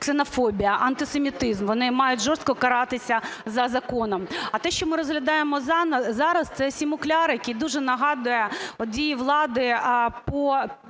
ксенофобія, антисемітизм, вони мають жорстко каратися за законом. А те, що ми розглядаємо зараз – це симулякр, який дуже нагадує дії влади по,